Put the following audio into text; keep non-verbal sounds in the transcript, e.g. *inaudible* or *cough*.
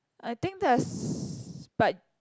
I think there's *breath* but